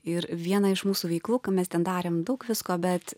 ir viena iš mūsų veiklų ką mes ten darėm daug visko bet